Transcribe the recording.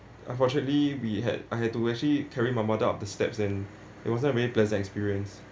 unfortunately we had I had to actually carrying my mother up the steps and it wasn't a very pleasant experience